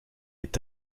est